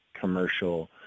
commercial